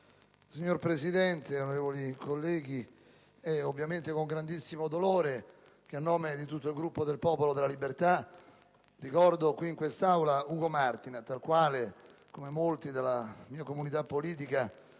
Signor Presidente, onorevoli colleghi, è ovviamente con grandissimo dolore che, a nome di tutto il Gruppo del Popolo della Libertà, ricordo in quest'Aula Ugo Martinat al quale, come molti della mia comunità politica